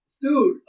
Dude